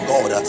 God